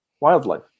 wildlife